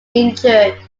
injured